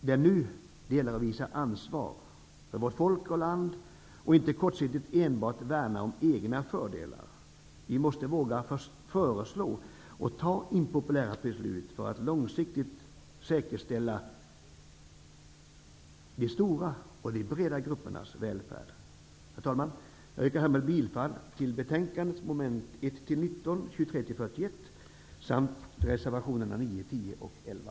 Det är nu det gäller att visa ansvar för vårt folk och land och inte kortsiktigt enbart värna om egna fördelar. Vi måste våga föreslå och ta impopulära beslut för att långsiktigt säkerställa de stora och breda gruppernas välfärd. Herr talman! Jag yrkar härmed bifall till utskottets hemställan i mom. 1--19 och 23--41 samt till reservationerna 9, 10 och 11.